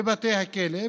בבתי הכלא,